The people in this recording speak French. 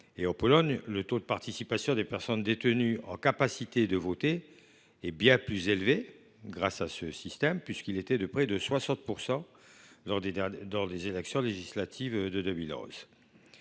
En Pologne, le taux de participation des personnes détenues en droit de voter est bien plus élevé grâce à ce système : il était de près de 60 % lors des élections législatives de 2011.